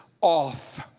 off